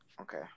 Okay